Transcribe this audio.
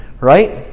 right